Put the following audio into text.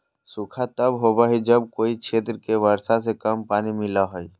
सूखा तब होबो हइ जब कोय क्षेत्र के वर्षा से कम पानी मिलो हइ